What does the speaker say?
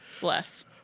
Bless